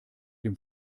dem